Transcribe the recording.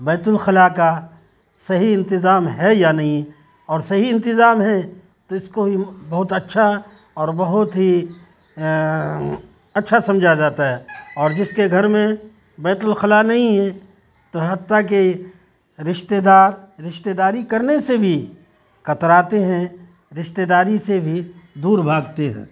بیت الخلا کا صحیح انتظام ہے یا نہیں اور صحیح انتظام ہے تو اس کو بہت اچھا اور بہت ہی اچھا سمجھا جاتا ہے اور جس کے گھر میں بیت الخلا نہیں ہے تو حتیٰ کہ رشتے دار رشتے داری کرنے سے بھی کتراتے ہیں رشتے داری سے بھی دور بھاگتے ہیں